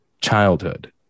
childhood